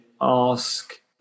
ask